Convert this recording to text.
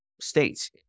states